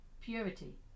purity